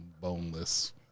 boneless